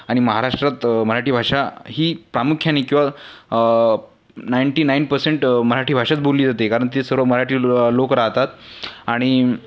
आणि महाराष्ट्रात मराठी भाषा ही प्रामुख्याने किंवा नाईंटी नाईन पर्सेंट मराठी भाषाच बोलली जाते कारण ते सर्व मराठी ल लोकं राहतात आणि